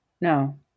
No